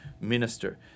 minister